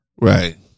Right